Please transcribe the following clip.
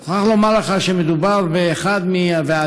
אני מוכרח לומר לך שמדובר באחד מהוועדים